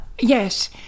Yes